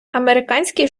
американський